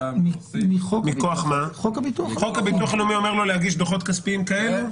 חוק הביטוח הלאומי אומר לו להגיש דוחות כספיים כאלה.